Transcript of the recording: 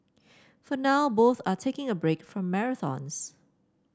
for now both are taking a break from marathons